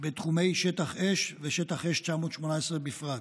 בתחומי שטח אש, ובשטח אש 918 בפרט.